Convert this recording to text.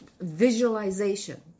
visualization